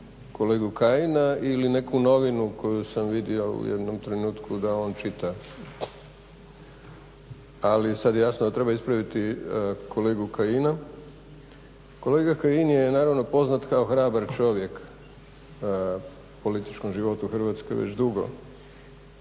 kolegu Kajina ili neku novinu koju sam vidio u jednom trenutku da on čita, ali sad jasno da treba ispraviti kolegu Kajin. Kolega Kajin je naravno poznat kao hrabar čovjek u političkom životu Hrvatske već dugo,